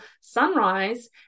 sunrise